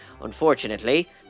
Unfortunately